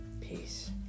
peace